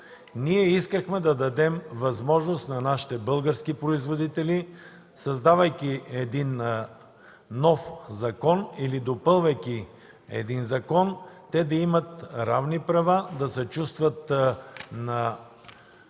Ние искахме да дадем възможност на нашите български производители, създавайки нов или допълвайки един закон, те да имат равни права, да се чувстват на